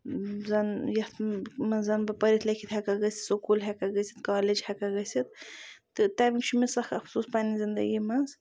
زَن یتھ مَنٛز بہٕ پٔرِتھ لیٚکھِتھ ہیٚکہ گٔژھِتھ سکوٗل ہیٚکہٕ گٔژھِتھ کالیج ہیٚکہ گٔژھِتھ تہٕ تمیُک چھُ مےٚ سکھ اَفسوٗس پَننہِ زِندَگی مَنٛز